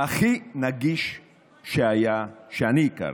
הכי נגיש שאני הכרתי.